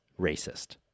racist